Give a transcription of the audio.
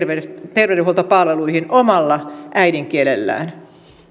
terveydenhuoltopalveluihin omalla äidinkielellään